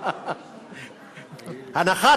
הנחת